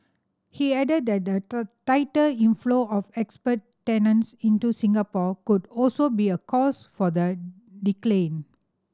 he added that the tighter inflow of expat tenants into Singapore could also be a cause for the decline